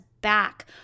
back